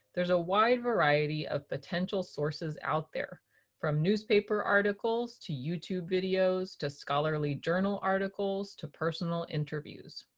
there's a wide variety of potential sources out there from newspaper articles to youtube videos to scholarly journal articles to personal interviews.